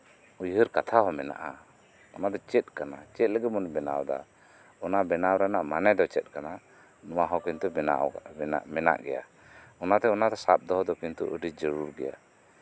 ᱩᱭᱦᱟᱹᱨ ᱠᱟᱛᱷᱟ ᱦᱚᱸ ᱢᱮᱱᱟᱜᱼᱟ ᱚᱱᱟ ᱫᱚ ᱪᱮᱫ ᱠᱟᱱᱟ ᱪᱮᱫ ᱞᱟᱜᱤᱫ ᱵᱚᱱ ᱵᱮᱱᱟᱣᱫᱟ ᱚᱱᱟ ᱵᱮᱱᱟᱣ ᱨᱮᱱᱟᱜ ᱢᱟᱱᱮ ᱫᱚ ᱪᱮᱫ ᱠᱟᱱᱟ ᱱᱚᱣᱟ ᱦᱚᱸ ᱠᱤᱱᱛᱩ ᱵᱮᱱᱟᱣ ᱠᱟᱱᱟ ᱢᱮᱱᱟ ᱢᱮᱱᱟᱜ ᱜᱮᱭᱟ ᱚᱱᱟᱛᱮ ᱚᱱᱟ ᱥᱟᱵ ᱫᱚᱦᱚ ᱫᱚ ᱠᱤᱱᱛᱩ ᱟᱹᱰᱤ ᱡᱟᱨᱩᱲ ᱜᱮᱭᱟ